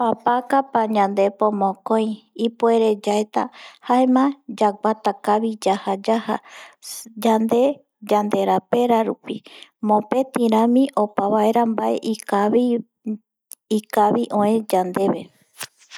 Papaka payandepo mokoi ipuere yaeta jaema yaguata kavi yaja yaja yande yanderapera rupi mopeti rami opa vaera mbae ikavi öe yandeve